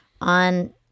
on